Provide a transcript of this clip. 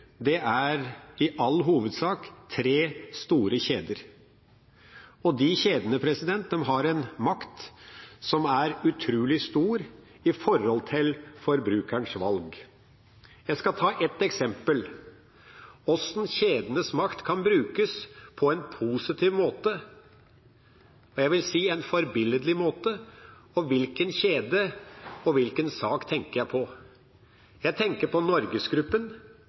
er aktører, i all hovedsak er tre store kjeder. De kjedene har en makt som er utrolig stor i forhold til forbrukerens valg. Jeg skal ta ett eksempel på hvordan kjedenes makt kan brukes på en positiv og – vil jeg si – forbilledlig måte. Hvilken kjede og hvilken sak tenker jeg på? Jeg tenker på NorgesGruppen,